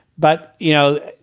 but, you know,